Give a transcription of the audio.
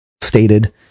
stated